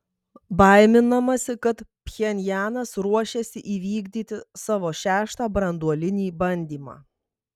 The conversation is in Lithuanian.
baiminamasi kad pchenjanas ruošiasi įvykdyti savo šeštą branduolinį bandymą